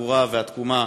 הגבורה והתקומה,